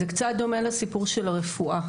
זה קצת דומה לסיפור של הרפואה,